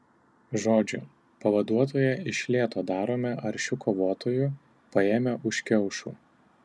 žodžiu pavaduotoją iš lėto darome aršiu kovotoju paėmę už kiaušų